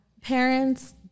parents